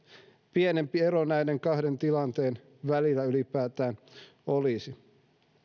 pienempi ero näiden kahden tilanteen välillä ylipäätään olisi